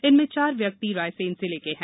इनमें चार व्यक्ति रायसेन जिले के हैं